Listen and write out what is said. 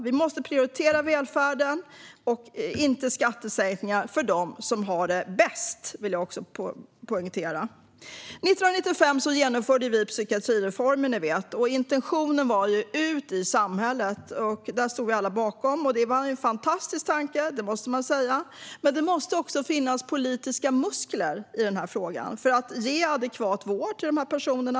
Vi måste prioritera välfärden, inte skattesänkningar för dem som har det bäst - det vill jag också poängtera. År 1995 genomförde vi psykiatrireformen, ni vet. Intentionen var att människor skulle ut i samhället. Detta stod alla bakom, och man måste säga att det var en fantastisk tanke. Men det måste också finnas politiska muskler i den här frågan, för att ge adekvat vård till de här personerna.